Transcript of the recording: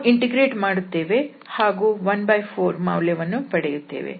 ನಾವು ಇಂಟಿಗ್ರೇಟ್ ಮಾಡುತ್ತೇವೆ ಹಾಗೂ 14ಮೌಲ್ಯವನ್ನು ಪಡೆಯುತ್ತೇವೆ